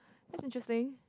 that's interesting